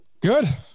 Good